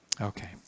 Okay